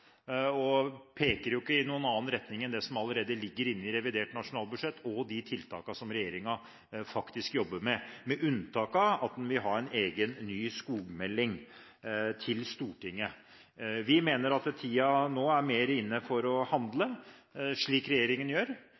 Det peker ikke i noen annen retning enn det som allerede ligger inne i revidert nasjonalbudsjett, og de tiltakene som regjeringen faktisk jobber med, med unntak av at man vil ha en egen, ny skogmelding til Stortinget. Vi mener at tiden mer er inne for å handle, slik regjeringen gjør